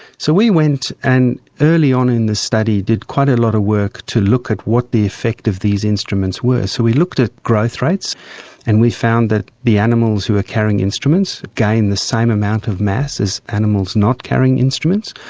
so we went and early on in this study did quite a lot of work to look at what the effect of these instruments were. so we looked at growth rates and we found that the animals that were carrying the instruments gained the same amount of mass as animals not carrying instruments.